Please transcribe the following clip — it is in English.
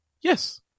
Yes